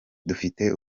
dufite